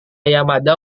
yamada